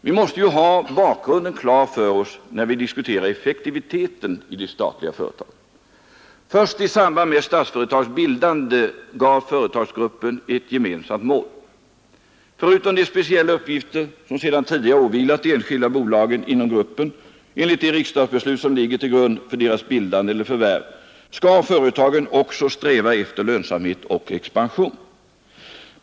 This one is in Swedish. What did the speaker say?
Vi måste ha bakgrunden klar för oss när vi diskuterar effektiviteten i de statliga företagen. Först i samband med Statsföretags bildande gavs företagsgruppen ett gemensamt mål. Förutom de speciella uppgifter som åvilat de enskilda bolagen inom gruppen enligt det riksdagsbeslut som ligger till grund för deras bildande eller förvärv skall företagen också sträva efter lönsamhet och expansion.